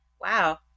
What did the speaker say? Wow